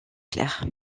clair